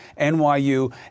NYU